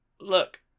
look